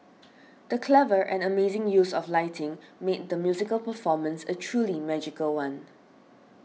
the clever and amazing use of lighting made the musical performance a truly magical one